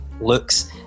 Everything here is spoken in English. looks